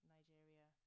Nigeria